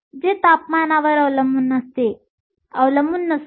हे तापमानावर अवलंबून नसते